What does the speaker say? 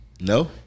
No